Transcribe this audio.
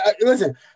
listen